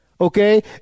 okay